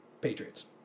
Patriots